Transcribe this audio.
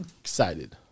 excited